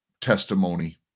testimony